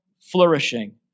flourishing